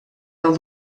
del